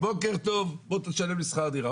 בוקר טוב, בוא תשלם לי שכר דירה.